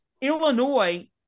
Illinois